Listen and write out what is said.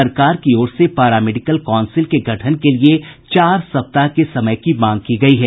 सरकार की ओर से पारा मेडिकल काउंसिल के गठन के लिये चार सप्ताह के समय की मांग की गयी है